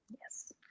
Yes